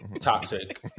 Toxic